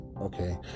Okay